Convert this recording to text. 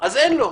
אז אין לו.